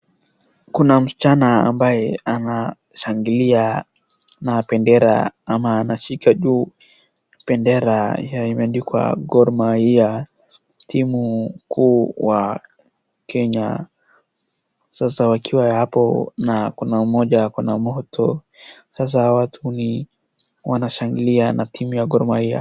Kuna msichana anayeshangilia na bendera anashika juu imeandikwa Gor Mahia timu kuu ya Kenya. Kuna mmoja ako na moto wanashangilia timu ya Gor mahia.